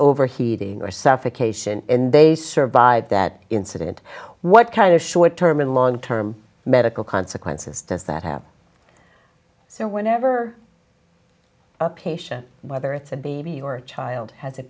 overheating or suffocation and they survived that incident what kind of short term and long term medical consequences does that have so whenever uh patient whether it's a baby or a child has a